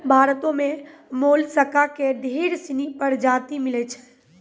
भारतो में मोलसका के ढेर सिनी परजाती मिलै छै